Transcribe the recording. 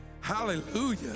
Hallelujah